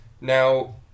Now